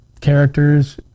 characters